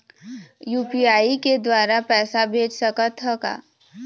UPI के द्वारा पैसा भेज सकत ह का?